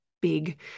big